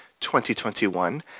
2021